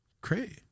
Great